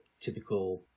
typical